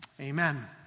amen